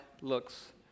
looks